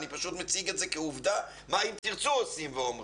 אני פשוט מציג את זה כעובדה לגבי היחס של "אם תרצו" לזה.